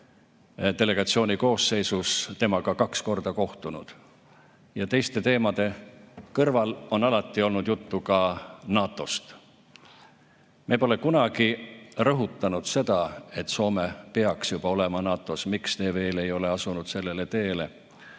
delegatsiooni koosseisus temaga kaks korda kohtunud ja teiste teemade kõrval on alati olnud juttu ka NATO‑st. Me pole kunagi rõhutanud seda, et Soome peaks juba olema NATO‑s ja et miks te veel ei ole asunud sellele teele,